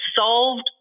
solved